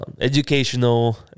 Educational